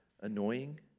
annoying